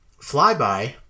Flyby